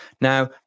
Now